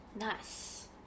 Nice